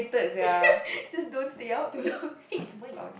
just don't stay out too long !hey! it's mine